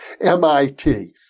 MIT